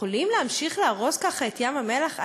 לא יכולים להמשיך להרוס ככה את ים-המלח?